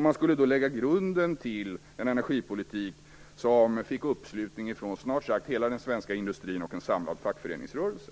Man skulle då lägga grunden till en energipolitik som fick uppslutning från snart sagt hela den svenska industrin och en samlad fackföreningsrörelse.